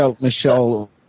Michelle